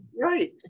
Right